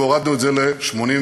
והורדנו את זה ל-87%,